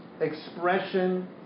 expression